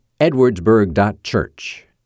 edwardsburg.church